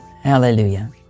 Hallelujah